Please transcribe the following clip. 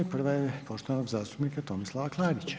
Prva je poštovanog zastupnika Tomislava Klarića.